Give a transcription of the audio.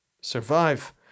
survive